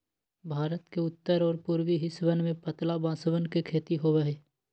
भारत के उत्तर और पूर्वी हिस्सवन में पतला बांसवन के खेती होबा हई